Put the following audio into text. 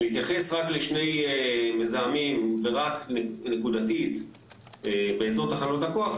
להתייחס רק לשני מזהמים ורק נקודתית באזור תחנות הכוח,